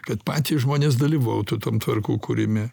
kad patys žmonės dalyvautų tam tvarkų kūrime